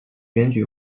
选举